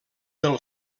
del